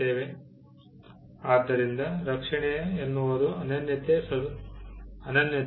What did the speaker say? ಈಗ ಇದಕ್ಕೆ ಒಂದು ಕಾರಣವಿದೆ ಏಕೆಂದರೆ ಪೇಟೆಂಟ್ ನೀಡಿದರೆ ಅದು ಪೇಟೆಂಟ್ನಿಂದ ಆವರಿಸಲ್ಪಟ್ಟ ಉತ್ಪನ್ನವನ್ನು ಉತ್ಪಾದನೆ ಮಾರಾಟ ಆಮದು ಮಾಡಿಕೊಳ್ಳುವುದನ್ನು ತಡೆಯುತ್ತದೆ